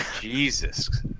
Jesus